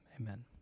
Amen